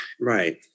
right